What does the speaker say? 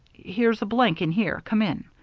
here's a blank, in here. come in.